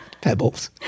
Pebbles